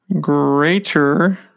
greater